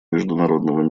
международного